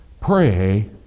Pray